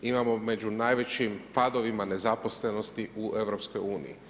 Imamo među najvećim padovima nezaposlenosti u EU.